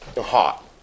hot